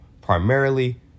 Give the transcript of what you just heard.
primarily